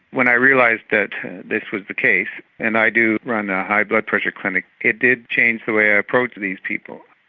when i realised that this was the case and i do run a high blood pressure clinic, it did change the way i approached these people.